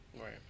Right